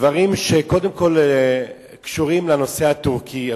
דברים שקודם כול קשורים לנושא הטורקי,